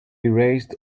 erased